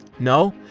no?